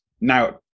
now